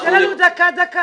אנחנו --- אז תן לנו דקה דקה.